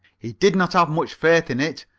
he did not have much faith in it,